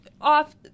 off